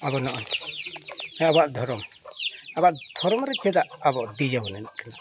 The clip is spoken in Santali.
ᱟᱵᱮᱱᱟᱜ ᱦᱮᱸ ᱟᱵᱚᱣᱟᱜ ᱫᱷᱚᱨᱚᱢ ᱟᱵᱚᱣᱟᱜ ᱫᱷᱚᱨᱚᱢ ᱨᱮ ᱪᱮᱫᱟᱜ ᱟᱵᱚ ᱰᱤᱡᱮ ᱵᱚᱱ ᱮᱱᱮᱡ ᱠᱟᱱᱟ